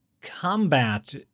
combat